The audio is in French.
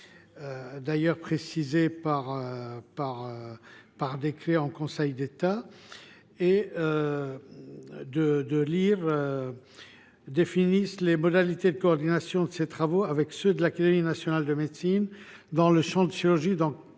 approuvés par décret en Conseil d’État, devront « définir les modalités de coordination de ses travaux avec ceux de l’Académie nationale de médecine dans le champ de la chirurgie